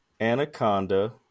Anaconda